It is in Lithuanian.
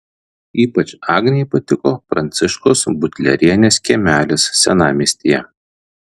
ypač agnei patiko pranciškos butlerienės kiemelis senamiestyje